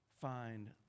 find